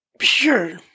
sure